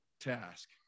task